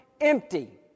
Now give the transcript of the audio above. empty